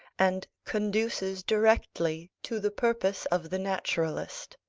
and conduces directly to the purpose of the naturalist,